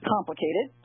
Complicated